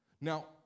Now